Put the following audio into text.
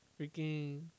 freaking